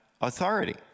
authority